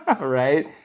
Right